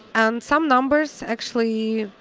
and some numbers actually,